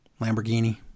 Lamborghini